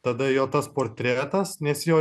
tada jo tas portretas nes jo